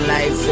Life